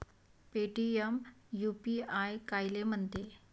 Paytm UPI कायले म्हनते?